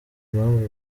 impamvu